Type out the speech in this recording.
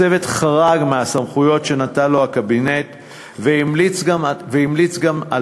הצוות חרג מהסמכויות שנתן לו הקבינט והמליץ גם על